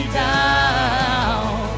down